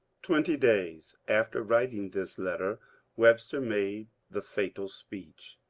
twenty days after writing this letter webster made the fatal speech.